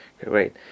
Great